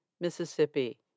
Mississippi